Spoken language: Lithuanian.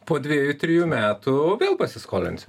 po dviejų trijų metų vėl pasiskolinsiu